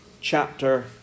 chapter